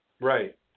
Right